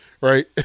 right